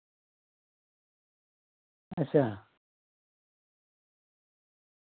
अच्छा